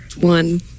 One